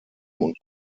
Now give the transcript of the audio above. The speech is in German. und